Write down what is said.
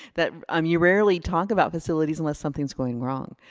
that um you rarely talk about facilities unless something's going wrong.